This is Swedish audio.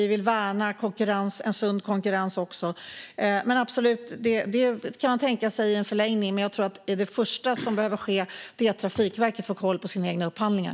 Vi vill värna en sund konkurrens också. Absolut kan man tänka sig det i en förlängning, men jag tror att det första som behöver ske är att Trafikverket får koll på sina egna upphandlingar.